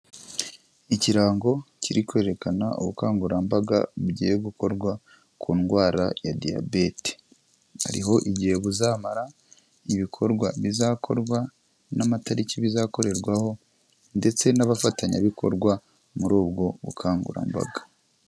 Ikirango kiri kwerekana ubukangurambaga bugiye gukorwa ku ndwara ya diyabete, hari igihe buzamara, ibikorwa bizakorwa, n'amatariki bizakorerwaho, ndetse n'abafatanyabikorwa muri ubwo bukangurambaga.